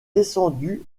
descendu